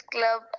Club